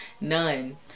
None